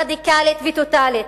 רדיקלית וטוטלית.